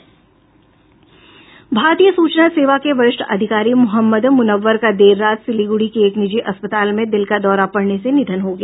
भारतीय सुचना सेवा के वरिष्ठ अधिकारी मोहम्मद मुनव्वर का देर रात सिल्लीगुड़ी के एक निजी अस्पताल में दिल का दौरा पड़ने से निधन हो गया